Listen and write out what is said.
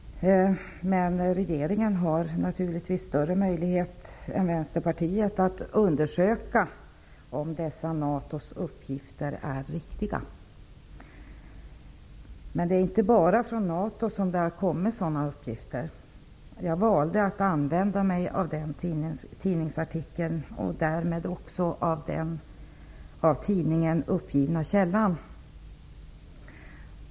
Men regeringen har naturligtvis större möjlighet än Vänsterpartiet att undersöka om dessa NATO:s uppgifter är riktiga. Det är inte bara från NATO som det har kommit sådana uppgifter, men jag valde att använda denna tidningsartikel och därmed också den av tidningen uppgivna källan.